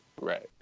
Right